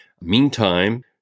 Meantime